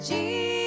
Jesus